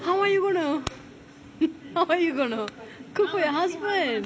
how are you going to how are you going to cook for your husband